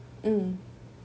mm